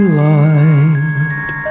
light